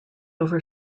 over